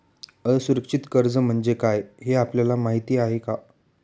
असुरक्षित कर्ज म्हणजे काय हे आपल्याला माहिती आहे का?